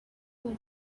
will